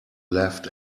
left